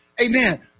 amen